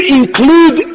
include